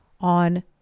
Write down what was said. on